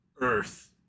Earth